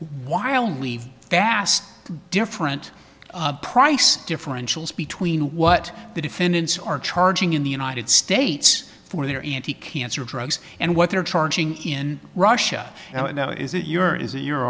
why only vast different price differentials between what the defendants are charging in the united states for their cancer drugs and what they're charging in russia now is it your is it your